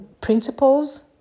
principles